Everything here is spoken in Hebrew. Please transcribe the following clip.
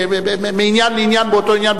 מעניין לעניין באותו עניין,